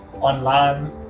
online